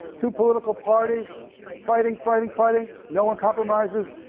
two political parties fighting, fighting, fighting, no one compromises,